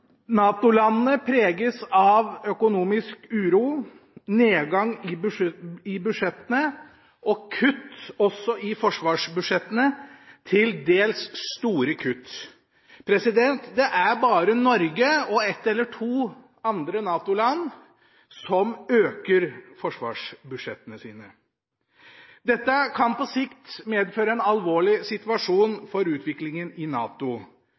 NATO-landene preges av økonomisk uro, nedgang i budsjettene og kutt også i forsvarsbudsjettene – til dels store kutt. Det er bare Norge og ett eller to andre NATO-land som øker forsvarsbudsjettene sine. Dette kan på sikt medføre en alvorlig situasjon for utviklingen i NATO.